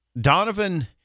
Donovan